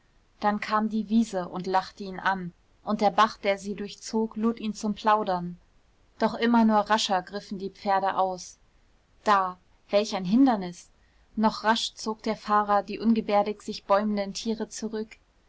dann kam die wiese und lachte ihn an und der bach der sie durchzog lud ihn zum plaudern doch immer nur rascher griffen die pferde aus da welch ein hindernis noch rasch zog der fahrer die ungebärdig sich bäumenden tiere zurück